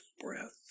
breath